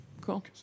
cool